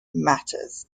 matters